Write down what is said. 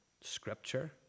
Scripture